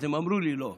אז הם אמרו לי: לא,